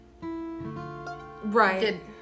Right